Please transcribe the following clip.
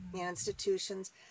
institutions